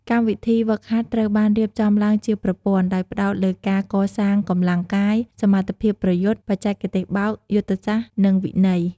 កម្មវិធីហ្វឹកហាត់ត្រូវបានរៀបចំឡើងជាប្រព័ន្ធ ដោយផ្ដោតលើការកសាងកម្លាំងកាយ សមត្ថភាពប្រយុទ្ធ បច្ចេកទេសបោក យុទ្ធសាស្ត្រ និងវិន័យ។